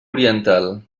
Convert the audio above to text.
oriental